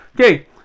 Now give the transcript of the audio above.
okay